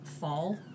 fall